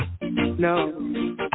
no